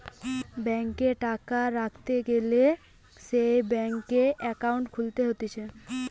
ব্যাংকে টাকা রাখতে গ্যালে সে ব্যাংকে একাউন্ট খুলতে হতিছে